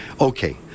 okay